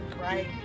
right